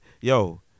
Yo